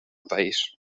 país